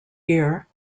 year